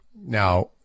Now